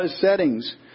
settings